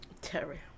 Terry